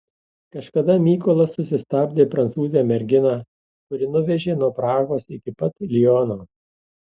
kažkada mykolas susistabdė prancūzę merginą kuri nuvežė nuo prahos iki pat liono